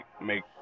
make